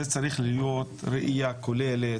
זה צריך להיות ראייה כוללת,